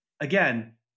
again